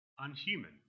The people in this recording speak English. unhuman